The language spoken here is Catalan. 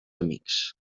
amics